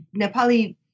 nepali